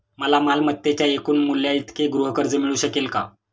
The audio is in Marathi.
मला मालमत्तेच्या एकूण मूल्याइतके गृहकर्ज मिळू शकेल का?